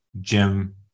Jim